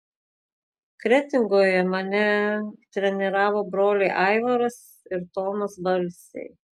kretingoje mane treniravo broliai aivaras ir tomas balsiai